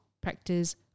practice